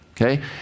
okay